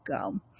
go